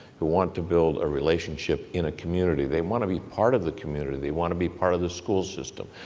who want to build a relationship in a community. they want to be part of the community. they want to be part of the school system.